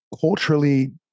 culturally